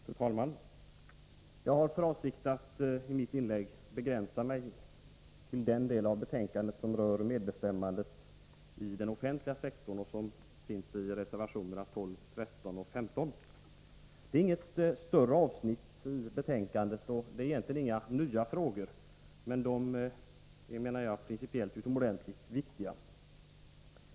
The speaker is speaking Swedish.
Fru talman! Jag har för avsikt att i mitt inlägg begränsa mig till den del av betänkandet som rör medbestämmandet i den offentliga sektorn och därmed Det är inget större avsnitt i betänkandet, och det är egentligen inga nya Torsdagen den frågor, men de är principiellt utomordentligt viktiga.